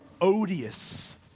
odious